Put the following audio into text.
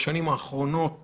שבשנים האחרונות